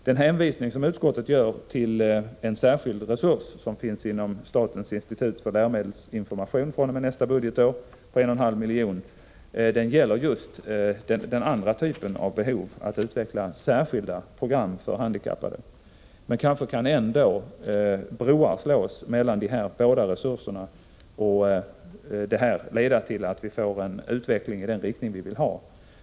Den hänvisning som utskottet gör till en särskild resurs på en halv miljon kronor vilken fr.o.m. nästa budgetår kommer att finnas inom statens institut för läromedelsinformation gäller den andra typen av behov, dvs. den som avser utveckling av särskilda program för handikappade. Men kanske kan ändå broar slås mellan de båda typerna av resurser, på ett sådant sätt att vi får en utveckling i den riktning som vi önskar.